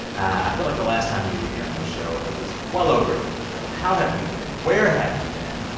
i feel like the last time you were here on this show, it was well over a year ago. how have you been? where have you been?